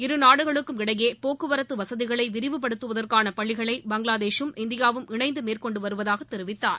இருநாடுகளுக்கும் இடையே போக்குவரத்து வசதிகளை விரிவுப்படுத்துவதற்கான பணிகளை பங்களாதேஷூம் இந்தியாவும் இணைந்து மேற்கொண்டு வருவதாக தெரிவித்தார்